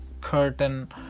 curtain